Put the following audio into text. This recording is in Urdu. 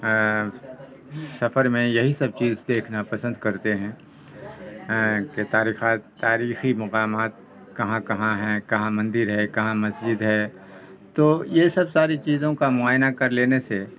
سفر میں یہی سب چیز دیکھنا پسند کرتے ہیں کہ تاریخات تاریخی مقامات کہاں کہاں ہیں کہاں مندر ہے کہاں مسجد ہے تو یہ سب ساری چیزوں کا معائنہ کر لینے سے